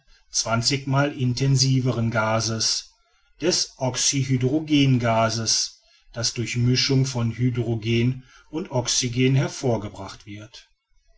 zwanzig mal intensiveren gases des oxyhydrogengases das durch mischung von hydrogen und oxygen hervorgebracht wird